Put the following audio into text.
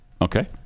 Okay